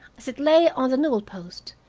as it lay on the newel-post,